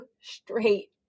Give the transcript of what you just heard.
straight